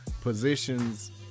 positions